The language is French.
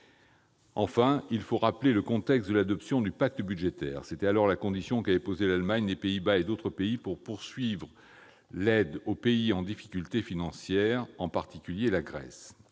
Enfin, il faut rappeler le contexte de l'adoption du Pacte budgétaire. C'était alors la condition qu'avaient posée l'Allemagne, les Pays-Bas et d'autres pays pour poursuivre l'aide aux pays en difficulté financière, en particulier la Grèce.